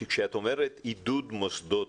כשאת אומרת עידוד מוסדות,